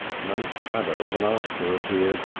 no shadow of an answer appeared.